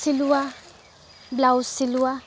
চিলোৱা ব্লাউজ চিলোৱা